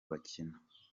bakina